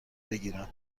بگیرم